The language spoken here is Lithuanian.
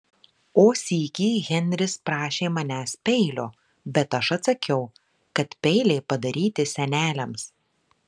o sykį henris prašė manęs peilio bet aš atsakiau kad peiliai padaryti seneliams